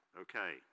Okay